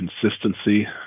consistency